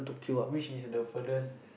which is the furthest